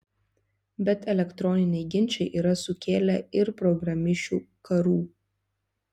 bet elektroniniai ginčai yra sukėlę ir programišių karų